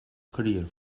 career